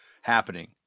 happening